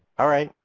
all right.